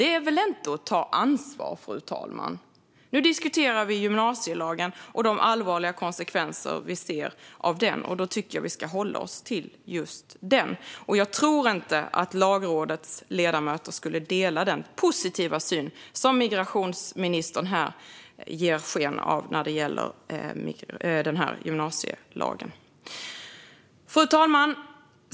Det är väl inte att ta ansvar, fru talman? Nu diskuterar vi gymnasielagen och de allvarliga konsekvenser av den som vi ser. Då tycker jag att vi ska hålla oss till detta. Jag tror inte att Lagrådets ledamöter skulle dela den positiva syn på gymnasielagen som migrationsministern här ger uttryck för. Fru talman!